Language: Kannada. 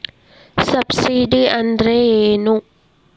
ಸಬ್ಸಿಡಿ ಅಂದ್ರೆ ಏನು?